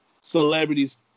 celebrities